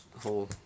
whole